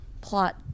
Plot